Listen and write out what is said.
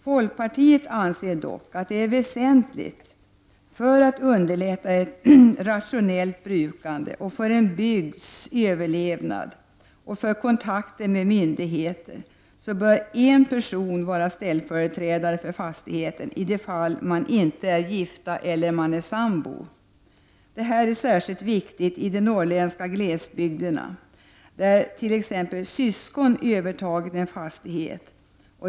Folkpartiet anser dock att det är väsentligt, för att underlätta ett rationellt brukande, för en bygds överlevnad och för kontakter med myndigheter, att en person är ställföreträdare för fastigheten i de fall ägarna inte är gifta eller sambor. Detta är särskilt viktigt i de norrländska glesbygderna, där t.ex. syskon övertagit en fastighet.